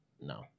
No